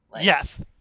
Yes